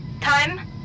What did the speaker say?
Time